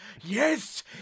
Yes